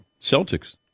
Celtics